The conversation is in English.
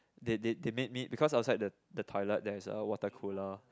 they they they made me because outside the toilet there is a water cooler